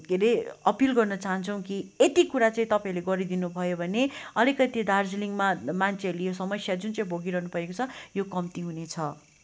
के अरे अपिल गर्न चाहन्छौँ कि यति कुरा चाहिँ तपाईँहरूले गरिदिनु भयो भने अलिकति दार्जिलिङमा मान्छेहरूले यो समस्या जुन चाहिँ भोगिरहनु भएको छ यो कम्ती हुनेछ